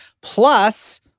plus